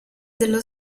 dello